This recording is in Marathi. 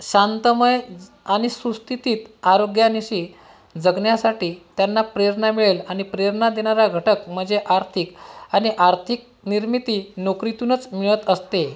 शांतमय आणि सुस्थितीत आरोग्यानिशी जगण्यासाठी त्यांना प्रेरणा मिळेल आणि प्रेरणा देणारा घटक मजे आर्थिक आणि आर्थिक निर्मिती नोकरीतूनच मिळत असते